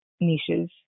niches